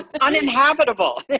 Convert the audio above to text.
uninhabitable